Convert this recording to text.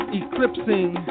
eclipsing